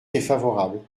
défavorable